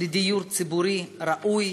לדיור ציבורי ראוי,